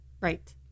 Right